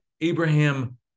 abraham